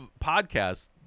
podcasts